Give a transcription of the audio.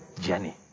journey